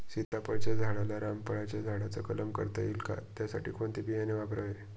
सीताफळाच्या झाडाला रामफळाच्या झाडाचा कलम करता येईल का, त्यासाठी कोणते बियाणे वापरावे?